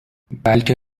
بلکه